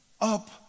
up